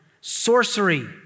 sorcery